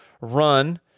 run